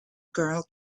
girl